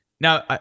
Now